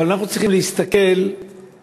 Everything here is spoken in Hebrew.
אבל אנחנו צריכים להסתכל תמיד,